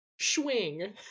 swing